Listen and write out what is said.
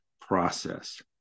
process